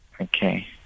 Okay